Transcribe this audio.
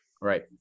Right